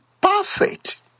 perfect